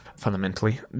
Fundamentally